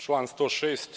Član 106.